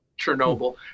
Chernobyl